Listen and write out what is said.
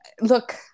look